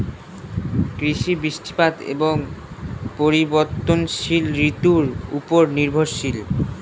কৃষি বৃষ্টিপাত এবং পরিবর্তনশীল ঋতুর উপর নির্ভরশীল